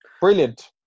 Brilliant